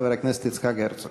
חבר הכנסת יצחק הרצוג.